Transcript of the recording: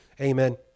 Amen